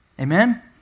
Amen